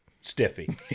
stiffy